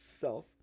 self